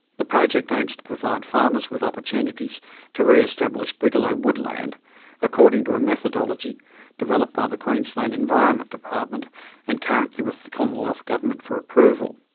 the project aims to provide farmers with opportunities to re-establish brigalow woodland according to a methodology developed by the queensland environment department and currently with the commonwealth government for approval.